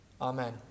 Amen